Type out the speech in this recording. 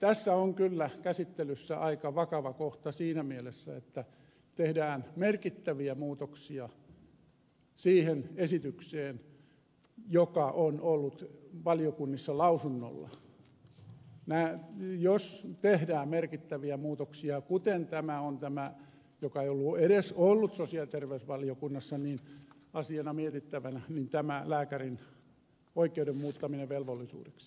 tässä on kyllä käsittelyssä aika vakava kohta siinä mielessä että tehdään merkittäviä muutoksia siihen esitykseen joka on ollut valiokunnissa lausunnolla tehdään sellaisia merkittäviä muutoksia kuten tämä joka ei ole edes ollut sosiaali ja terveysvaliokunnassa asiana mietittävänä tämä lääkärin oikeuden muuttaminen velvollisuudeksi